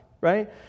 Right